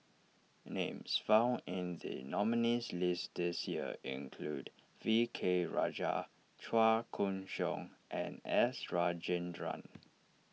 names found in the nominees' list this year include V K Rajah Chua Koon Siong and S Rajendran